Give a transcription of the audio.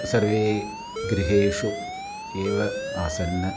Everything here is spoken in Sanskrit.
सर्वेषु गृहेषु एव आसन्